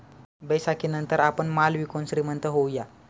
बैसाखीनंतर आपण माल विकून श्रीमंत होऊया